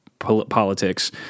politics